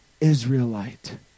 Israelite